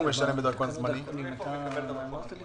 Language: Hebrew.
אם הוא מקבל בלשכה הוא משלם פי אחד וחצי,